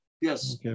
yes